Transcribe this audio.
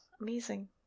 amazing